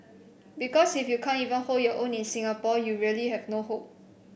because if you can't even hold your own in Singapore you really have no hope